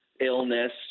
illness